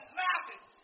laughing